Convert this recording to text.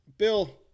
Bill